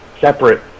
separate